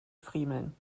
friemeln